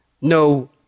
no